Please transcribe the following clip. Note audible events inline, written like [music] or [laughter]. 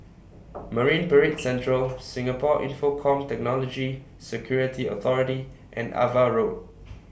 [noise] Marine Parade Central Singapore Infocomm Technology Security Authority and AVA Road